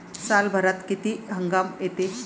सालभरात किती हंगाम येते?